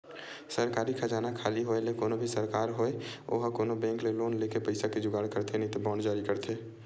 सरकारी खजाना खाली होय ले कोनो भी सरकार होय ओहा कोनो बेंक ले लोन लेके पइसा के जुगाड़ करथे नइते बांड जारी करथे